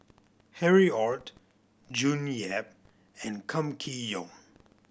Harry Ord June Yap and Kam Kee Yong